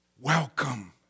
welcome